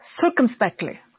circumspectly